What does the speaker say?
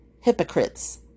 hypocrites